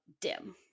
DIM